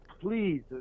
Please